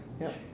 yup